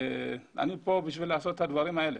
אני כאן כדי לעשות את הדברים האלה.